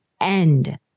end